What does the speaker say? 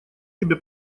тебе